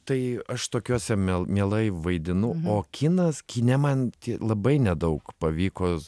tai aš tokiuose mel mielai vaidinu o kinas kine man labai nedaug pavyko